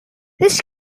this